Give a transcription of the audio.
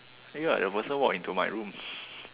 oh ya that person walk into my room